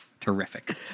Terrific